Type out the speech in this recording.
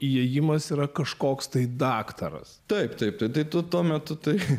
įėjimas yra kažkoks tai daktaras taip taip tada tu tuo metu taip